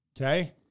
Okay